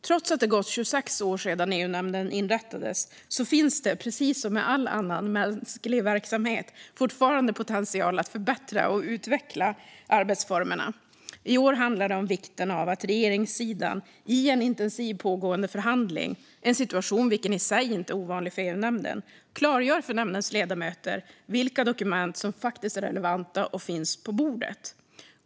Trots att det gått 26 år sedan EU-nämnden inrättades finns det, precis som med all mänsklig verksamhet, fortfarande potential att förbättra och utveckla arbetsformerna. I år handlar det om vikten av att regeringssidan i en intensiv pågående förhandling - en situation som i sig inte är ovanlig för EU-nämnden - klargör för nämndens ledamöter vilka dokument som faktiskt är relevanta och finns på bordet.